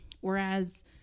Whereas